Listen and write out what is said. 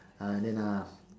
uh then uh